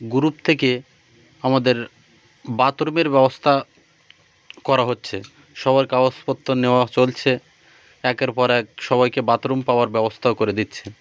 group থেকে আমাদের বাথরুমের ব্যবস্থা করা হচ্ছে সবার কাগজপত্র নেওয়া চলছে একের পর এক সবাইকে বাথরুম পাওয়ার ব্যবস্থাও করে দিচ্ছে